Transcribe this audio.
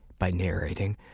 by narrating.